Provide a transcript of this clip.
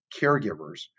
caregivers